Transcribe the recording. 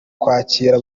kwakira